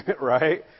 right